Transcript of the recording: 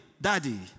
daddy